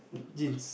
jeans